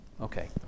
Okay